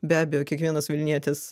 be abejo kiekvienas vilnietis